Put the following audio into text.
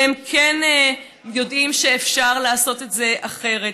והם כן יודעים שאפשר לעשות את זה אחרת.